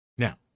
Now